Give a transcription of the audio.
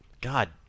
god